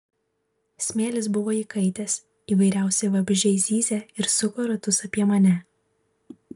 smėlis buvo įkaitęs įvairiausi vabzdžiai zyzė ir suko ratus apie mane